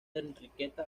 enriqueta